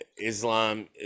Islam